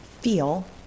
feel